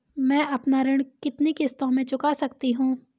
मैं अपना ऋण कितनी किश्तों में चुका सकती हूँ?